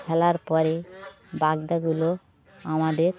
ফেলার পরে বাগদাগুলো আমাদের